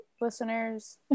listeners